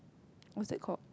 what's that called